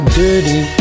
dirty